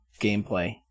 gameplay